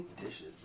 Dishes